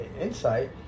insight